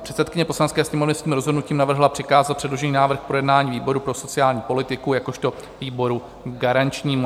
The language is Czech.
Předsedkyně Poslanecké sněmovny svým rozhodnutím navrhla přikázat předložený návrh k projednání výboru pro sociální politiku jakožto výboru garančnímu.